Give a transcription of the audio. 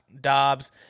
Dobbs